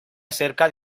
acerca